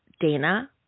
Dana